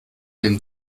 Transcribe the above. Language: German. den